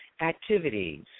activities